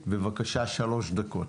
בבקשה, שלוש דקות.